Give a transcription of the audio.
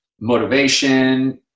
motivation